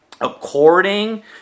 according